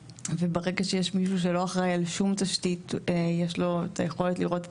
וברגע שיש מישהו שלא אחראי על שום תשתית יש לו את היכולת לראות את